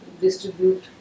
distribute